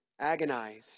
agonized